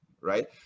Right